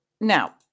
Now